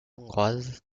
hongroise